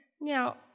Now